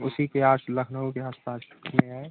उसी के आस लखनऊ के आस पास में है